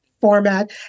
format